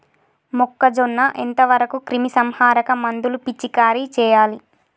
మొక్కజొన్న ఎంత వరకు క్రిమిసంహారక మందులు పిచికారీ చేయాలి?